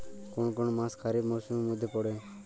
কোন কোন মাস খরিফ মরসুমের মধ্যে পড়ে?